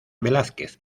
velázquez